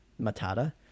Matata